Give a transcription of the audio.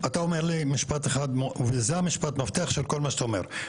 אתה אומר לי משפט אחד וזה משפט המפתח לכל מה שאתה אומר,